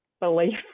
belief